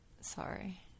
Sorry